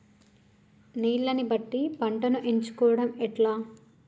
నీళ్లని బట్టి పంటను ఎంచుకోవడం ఎట్లా?